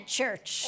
church